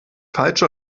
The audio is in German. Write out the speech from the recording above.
falsche